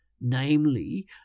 namely